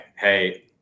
hey